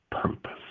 purpose